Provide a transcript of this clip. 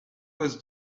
was